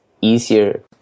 easier